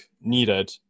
needed